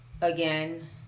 again